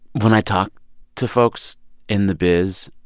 when i talk to folks in the biz,